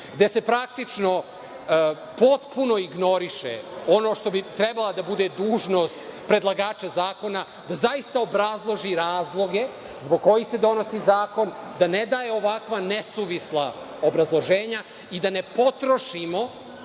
gde se praktično potpuno ignoriše ono što bi trebalo da bude dužnost predlagača zakona, da zaista obrazloži razloge zbog kojih se donosi zakon, da ne daje ovakva nesuvisla obrazloženja i da ne potrošimo,